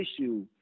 issue